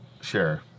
Sure